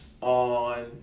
on